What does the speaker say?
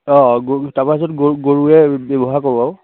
অঁ গৰু তাপাছত গৰু গৰুৱে ব্যৱহাৰ কৰোঁ আৰু